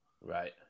Right